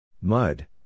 Mud